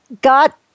got